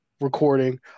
recording